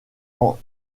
ans